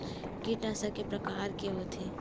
कीटनाशक के प्रकार के होथे?